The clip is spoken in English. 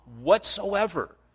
whatsoever